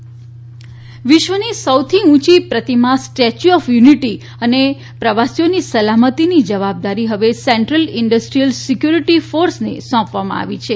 stay ચ્યુ of unity વિશ્વની સૌથી ઉંચી પ્રતિમા સ્ટેચ્યુ ઓફ યુનિટી અને પ્રવાસીઓની સલામતીની જવાબદારી હવે સેન્દ્રલ ઇન્ડસ્ટ્રીયલ સિકયુરીટી ફોર્સ ને સોંપવામાં આવી છે